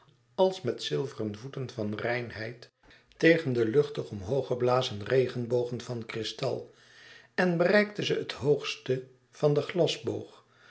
als met zilveren voeten van reinheid tegen luchtig omhoog geblazen regenbogen van kristal en bereikte ze het hoogste van den